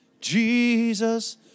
Jesus